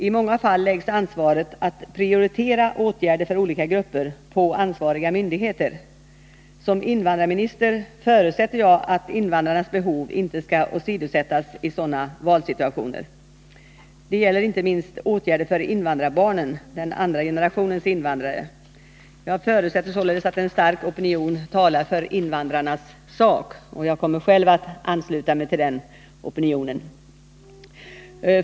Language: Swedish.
I många fall läggs ansvaret att prioritera åtgärder för olika grupper på ansvariga myndigheter. Som invandrarminister förutsätter jag att invandrarnas behov inte skall åsidosättas i sådana valsituationer. Det gäller inte minst åtgärder för invandrarbarnen, den andra generationen invandrare. Jag förutsätter således att en stark opinion talar för invandrarnas sak. Jag kommer själv att ansluta mig till denna opinion.